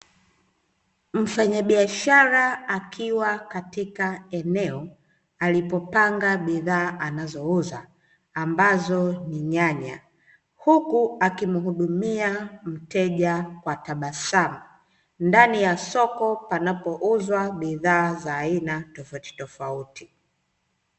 Mfanyabiashara akiwa katika eneo alipopanga bidhaa anazouza ambazo ni nyanya, huku akimhudumia mteja kwa tabasamu ndani ya soko panapouzwa bidhaa za aina tofauti tofauti.